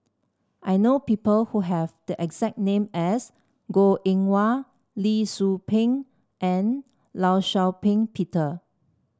I know people who have the exact name as Goh Eng Wah Lee Tzu Pheng and Law Shau Ping Peter